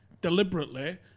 deliberately